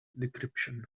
decryption